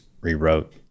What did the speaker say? rewrote